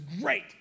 great